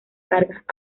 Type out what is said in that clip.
cargas